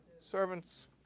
servants